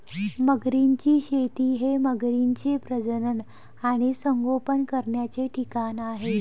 मगरींची शेती हे मगरींचे प्रजनन आणि संगोपन करण्याचे ठिकाण आहे